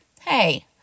Hey